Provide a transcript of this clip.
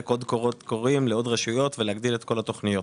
עוד קולות קוראים לעוד רשויות ולהגדיל את כל התוכניות.